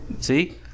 See